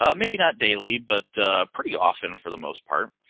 um maybe not daily, but pretty often for the most part.